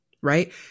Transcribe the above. Right